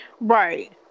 Right